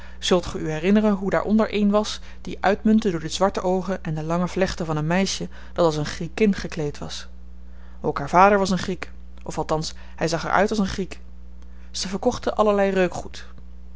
zult ge u herinneren hoe daaronder één was die uitmuntte door de zwarte oogen en de lange vlechten van een meisje dat als een griekin gekleed was ook haar vader was een griek of althans hy zag er uit als een griek ze verkochten allerlei